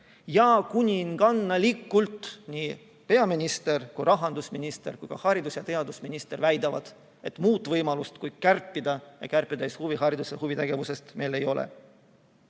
kuningannalikult nii peaminister kui ka rahandusminister kui ka haridus- ja teadusminister väidavad, et muud võimalust kui kärpida, ja kärpida ka huviharidust ja huvitegevust, meil ei ole.